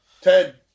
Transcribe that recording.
Ted